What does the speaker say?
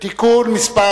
(תיקון מס'